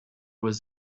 was